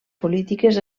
polítiques